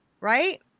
right